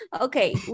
Okay